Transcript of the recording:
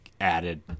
added